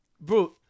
Bro